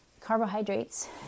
Carbohydrates